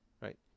Right